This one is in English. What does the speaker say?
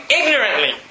ignorantly